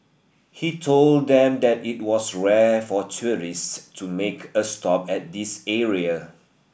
he told them that it was rare for tourist to make a stop at this area